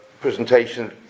presentation